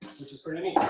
which is pretty neat.